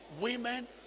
women